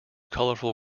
colorful